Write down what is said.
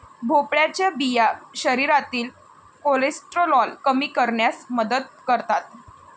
भोपळ्याच्या बिया शरीरातील कोलेस्टेरॉल कमी करण्यास मदत करतात